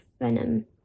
venom